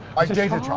i dated a child.